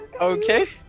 Okay